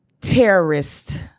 terrorist